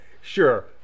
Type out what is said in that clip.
sure